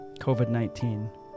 COVID-19